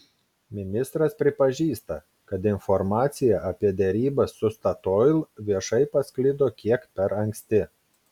ministras pripažįsta kad informacija apie derybas su statoil viešai pasklido kiek per anksti